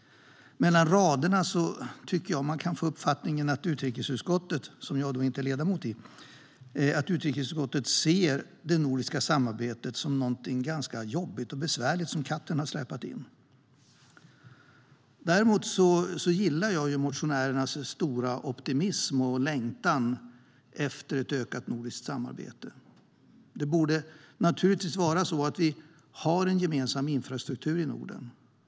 Mellan raderna kan man få uppfattningen att utrikesutskottet, som jag inte är ledamot i, ser det nordiska samarbetet som något jobbigt och besvärligt som katten släpat in. Däremot gillar jag motionärernas stora optimism och längtan efter ett ökat nordiskt samarbete. Vi borde naturligtvis ha en gemensam infrastruktur i Norden.